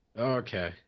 Okay